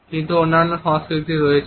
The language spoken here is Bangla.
কিছু অন্যান্য সংস্কৃতি রয়েছে